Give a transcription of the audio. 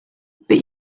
but